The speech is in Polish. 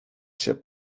się